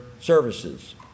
services